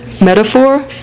metaphor